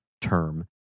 term